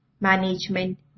Management